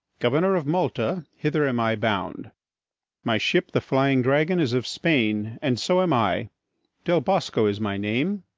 governor of malta, hither am i bound my ship, the flying dragon, is of spain, and so am i del bosco is my name,